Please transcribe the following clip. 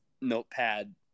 notepad